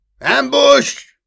Ambush